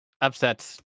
Upsets